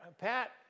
Pat